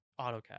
AutoCAD